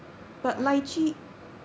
lychee